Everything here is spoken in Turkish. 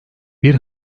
bir